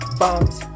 bombs